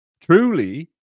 truly